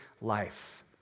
life